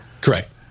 Correct